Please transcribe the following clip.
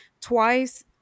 Twice